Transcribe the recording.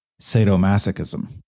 sadomasochism